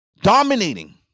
dominating